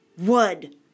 Wood